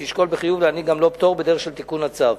היא תשקול בחיוב להעניק גם לו פטור בדרך של תיקון הצו.